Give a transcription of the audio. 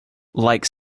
like